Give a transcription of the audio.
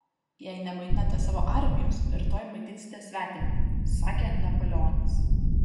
jei nemaitinate savo armijos rytoj maitinsite svetimą sakė napoleonas